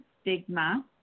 stigma